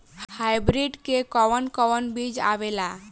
Hybrid में कोवन कोवन बीज आवेला?